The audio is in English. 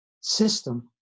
system